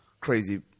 crazy